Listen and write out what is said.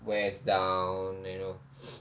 wears down you know